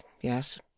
yes